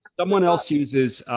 someone else uses.